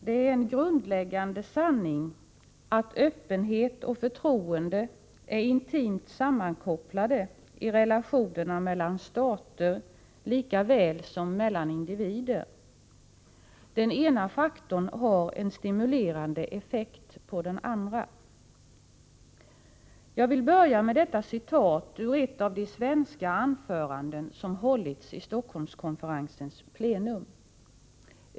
”Det är en grundläggande sanning att öppenhet och förtroende är intimt sammankopplade i relationerna mellan stater lika väl som mellan individer. Den ena faktorn har en stimulerande effekt på den andra.” Jag börjar med detta citat som jag hämtat ur ett av de svenska anföranden som hållits vid Stockholmskonferensens plenum.